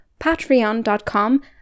patreon.com